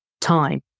time